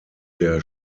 der